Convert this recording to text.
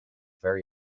very